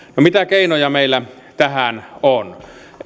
mitä keinoja meillä tähän on